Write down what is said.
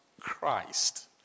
Christ